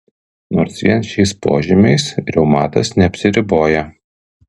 nors vien šiais požymiais reumatas neapsiriboja